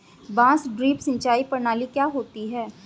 बांस ड्रिप सिंचाई प्रणाली क्या होती है?